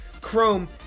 Chrome